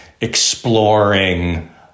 exploring